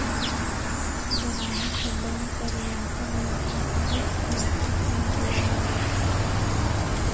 गराहक हर बेंक कर लाकर में अपन काहींच कीमती चीज ल राएख सकत अहे